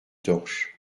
torches